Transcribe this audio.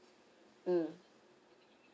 mm